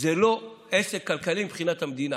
זה לא עסק כלכלי מבחינת המדינה.